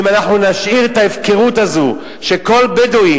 ואם אנחנו נשאיר את ההפקרות הזאת שכל בדואי